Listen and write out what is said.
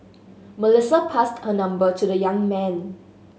Melissa passed her number to the young man